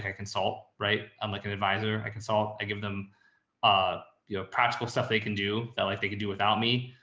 consult, right? i'm like an advisor i can solve. i give them a practical stuff. they can do that. like they could do without me.